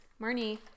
Marnie